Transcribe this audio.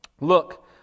Look